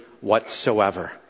whatsoever